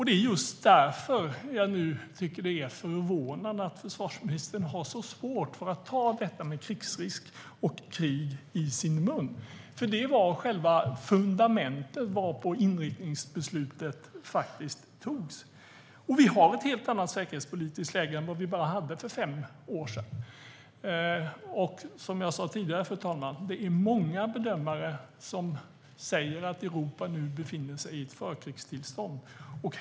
Därför tycker jag nu att det är förvånande att försvarsministern har så svårt för att ta ord som "krigsrisk" och "krig" i sin mun. Detta var själva fundamentet för inriktningsbeslutet. Vi har ett helt annat säkerhetspolitiskt läge nu än för bara fem år sedan. Som jag sa tidigare, fru talman, är det många bedömare som säger att Europa befinner sig i ett förkrigstillstånd.